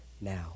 now